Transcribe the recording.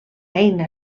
eina